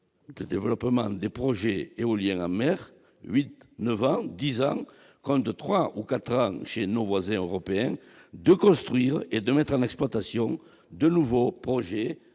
de développement des projets éoliens en mer 8 9 10 ans compte 2, 3 ou 4 ans chez nos voisins européens, de construire et de mettre en exploitation de nouveaux projets,